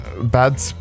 bad